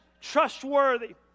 trustworthy